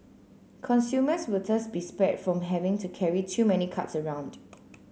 consumers will thus be spared from having to carry too many cards around